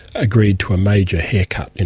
agreed to a major haircut, and